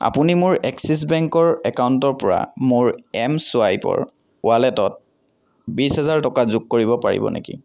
আপুনি মোৰ এক্সিছ বেংকৰ একাউণ্টৰ পৰা মোৰ এম ছোৱাইপৰ ৱালেটত বিশহাজাৰ টকা যোগ কৰিব পাৰিব নেকি